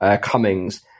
Cummings